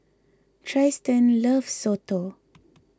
Tristin loves Soto